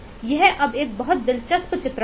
यह अब एक बहुत दिलचस्प चित्रण है